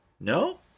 No